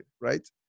right